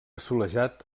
assolellat